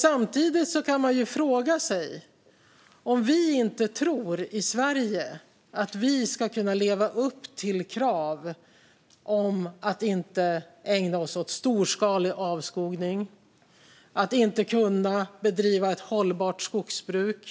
Samtidigt kan man fråga sig om inte vi i Sverige tror att vi ska kunna leva upp till krav om att inte ägna oss åt storskalig avskogning och om att bedriva hållbart skogsbruk.